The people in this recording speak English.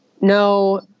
No